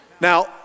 Now